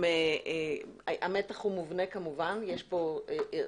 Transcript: המתח הוא כמובן מובנה.